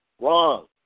Wrong